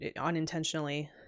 unintentionally